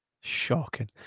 Shocking